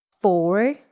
Four